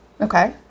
Okay